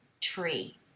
tree